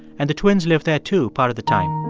and the twins lived there, too, part of the time.